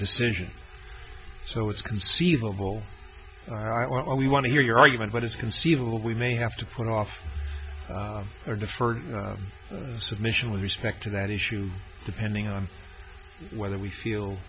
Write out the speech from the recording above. decision so it's conceivable we want to hear your argument but it's conceivable we may have to put off or deferred submission with respect to that issue depending on whether we feel